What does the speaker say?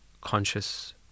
conscious